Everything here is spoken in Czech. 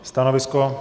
Stanovisko?